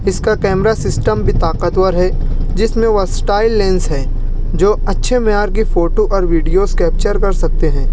اس کا camera system بھی طاقت ور ہے جس میں وسٹائل لینس ہیں جو اچھے معیار کی فوٹو اور ویڈیوز کیپچر کر سکتے ہیں